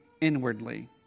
inwardly